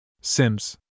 Sims